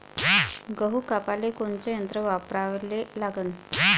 गहू कापाले कोनचं यंत्र वापराले लागन?